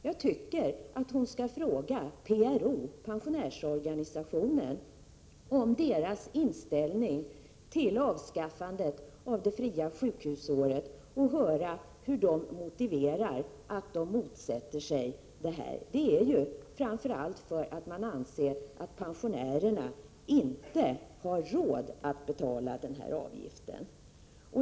Jag tycker att hon skall fråga PRO, pensionärsorganisationen, om organisationens inställning till avskaffandet av det fria sjukhusåret och höra hur man motiverar att man motsätter sig det här. Anledningen är ju framför allt den att pensionärerna inte anses ha råd att betala avgiften.